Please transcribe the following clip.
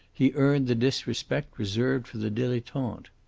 he earned the disrespect reserved for the dilettante.